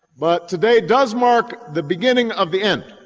but today does mark the beginning of the end,